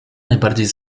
najbardziej